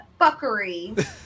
fuckery